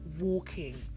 walking